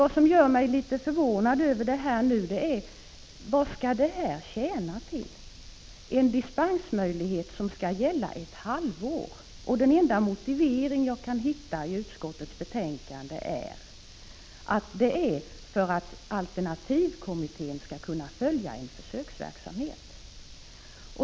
Vad som gör mig förbryllad är: Vad skall det här tjäna till — en dispensmöjlighet som skall gälla ett halvår? Den enda motivering jag kan hitta i utskottsbetänkandet är att det är för att alternativmedicinkommittén skall kunna följa en försöksverksamhet.